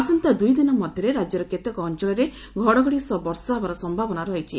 ଆସନ୍ତା ଦୁଇଦିନ ମଧ୍ୟରେ ରାଜ୍ୟର କେତେକ ଅଞ୍ଚଳରେ ଘଡ଼ଘଡ଼ି ସହ ବର୍ଷା ହେବାର ସମ୍ଭାବନା ରହିଛି